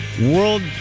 World